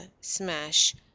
smash